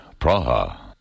Praha